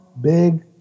big